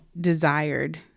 desired